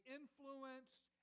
influenced